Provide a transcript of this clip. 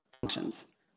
functions